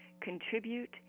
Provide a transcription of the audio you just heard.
contribute